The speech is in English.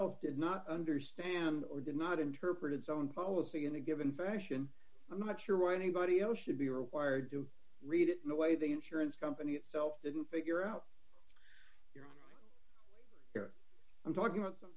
of did not understand or did not interpret its own policy in a given fashion i'm not sure why anybody oh should be required to read the way the insurance company itself didn't figure out here i'm talking about